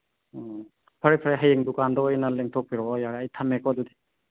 ꯑꯣ ꯐꯔꯦ ꯐꯔꯦ ꯍꯌꯦꯡ ꯗꯨꯀꯥꯟꯗ ꯑꯣꯏꯅ ꯂꯦꯡꯊꯣꯛꯄꯤꯔꯛꯑꯣ ꯌꯥꯔꯦ ꯑꯩ ꯊꯝꯃꯦꯀꯣ ꯑꯗꯨꯗꯤ